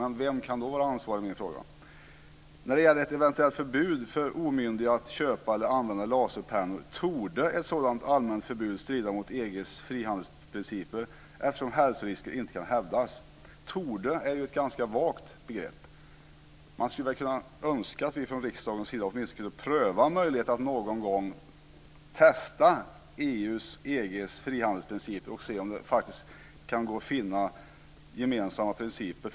Men vem kan då vara ansvarig? Det är min fråga. Vidare står det: "När det gäller ett eventuellt förbud för omyndiga att köpa eller använda laserpennor torde ett sådant allmänt förbud strida mot EG:s frihandelsprinciper eftersom hälsorisker inte kan hävdas." "Torde" är ju ett ganska vagt begrepp. Man skulle kunna önska att vi från riksdagens sida åtminstone kunde pröva möjligheten att någon gång testa EU:s, EG:s, frihandelsprinciper och se om det faktiskt kan gå och finna gemensamma principer.